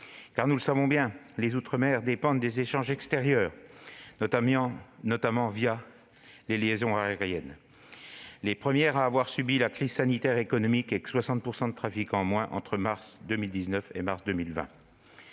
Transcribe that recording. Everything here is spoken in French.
nous le savons bien, les outre-mer dépendent des échanges extérieurs, notamment les liaisons aériennes- les premières à avoir subi la crise sanitaire et économique, avec 60 % de trafic en moins entre mars 2019 et mars 2020.